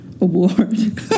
award